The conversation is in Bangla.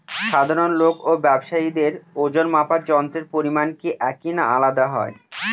সাধারণ লোক ও ব্যাবসায়ীদের ওজনমাপার যন্ত্রের পরিমাপ কি একই না আলাদা হয়?